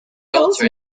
alter